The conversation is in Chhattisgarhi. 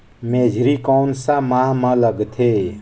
मेझरी कोन सा माह मां लगथे